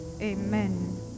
amen